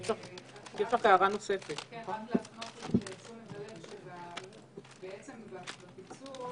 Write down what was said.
רק להפנות את תשומת הלב, בפיצול,